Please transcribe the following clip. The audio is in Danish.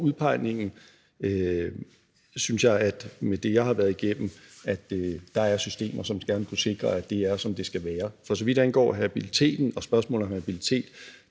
udpegningen, synes jeg, at i det, jeg har været igennem, er der systemer, som gerne skal kunne sikre, at det er, som det skal være. For så vidt angår habiliteten, altså spørgsmålet om habilitet,